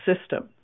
system